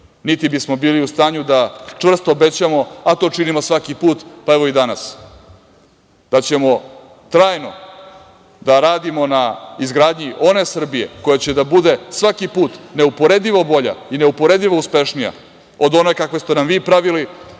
niti bismo bili u stanju da čvrsto obećamo, a to činimo svaki put, pa evo i danas, da ćemo trajno da radimo na izgradnji one Srbije koja će da bude svaki put neuporedivo bolja i neuporedivo uspešnija od one kakve ste nam vi pravili,